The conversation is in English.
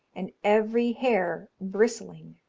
and every hair bristling.